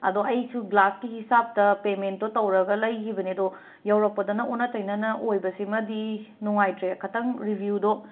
ꯑꯗꯣ ꯑꯩꯁꯨ ꯒ꯭ꯂꯥꯁꯀꯤ ꯍꯤꯁꯥꯞꯇ ꯄꯦꯃꯦꯟꯇꯣ ꯇꯧꯔꯒ ꯂꯩꯈꯤꯕꯅꯦ ꯑꯗꯣ ꯌꯧꯔꯛꯄꯗꯅ ꯑꯣꯟꯅ ꯇꯩꯅꯅ ꯑꯣꯏꯕꯁꯤꯃꯗꯤ ꯅꯨꯡꯉꯥꯏꯇꯔꯦ ꯈꯤꯇꯪ ꯔꯤꯕ꯭ꯌꯨꯗꯣ